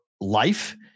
life